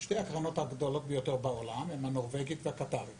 שתי הקרנות הגדולות ביותר בעולם הן הנורבגית והקטארית